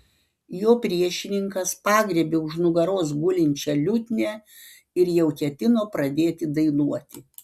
jo priešininkas pagriebė už nugaros gulinčią liutnią ir jau ketino pradėti dainuoti